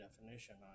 definition